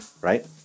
right